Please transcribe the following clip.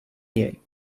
něj